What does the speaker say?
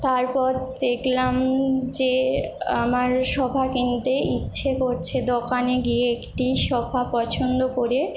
তারপর দেখলাম যে আমার সোফা কিনতে ইচ্ছে করছে দোকানে গিয়ে একটি সোফা পছন্দ করে